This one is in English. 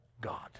God